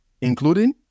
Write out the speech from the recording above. including